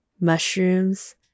mushrooms